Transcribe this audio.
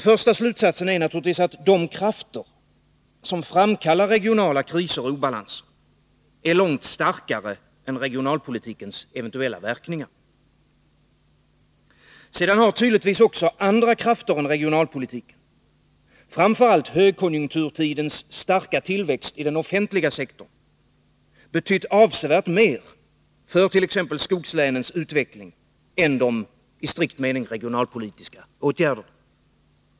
Först och främst naturligtvis att de krafter som framkallar regionala kriser och obalanser är långt starkare än regionalpolitikens eventuella verkningar. Sedan har tydligtvis också andra krafter än regionalpolitiken, framför allt högkonjunkturtidens starka tillväxt i offentlig sektor, betytt avsevärt mer för skogslänens utveckling än de i strikt mening regionalpolitiska åtgärderna.